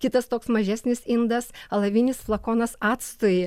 kitas toks mažesnis indas alavinis flakonas actui